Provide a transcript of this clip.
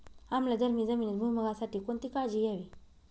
आम्लधर्मी जमिनीत भुईमूगासाठी कोणती काळजी घ्यावी?